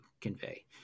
convey